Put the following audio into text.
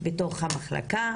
בתוך המחלקה,